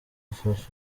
afashe